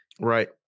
right